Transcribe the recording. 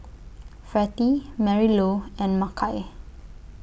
Vertie Marylou and Makai